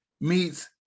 meets